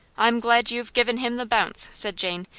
i'm glad you've given him the bounce, said jane,